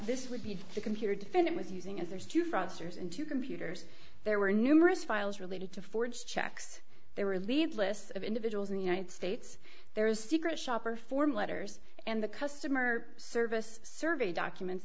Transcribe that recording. this would be the computer defendant was using as theirs to front cers into computers there were numerous files related to forge checks they were lead lists of individuals in the united states there is secret shopper form letters and the customer service survey documents